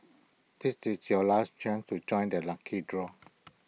this is your last chance to join the lucky draw